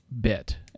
bit